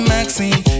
Maxine